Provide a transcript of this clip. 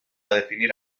definir